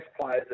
players